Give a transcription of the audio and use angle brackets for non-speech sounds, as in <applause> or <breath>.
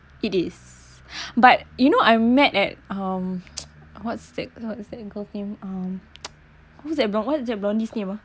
it is <breath> but you know I met at um <noise> what's that what's that girl name um <noise> who's that blond what's that blondie's name ah